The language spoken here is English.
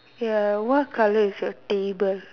ya what colour is your table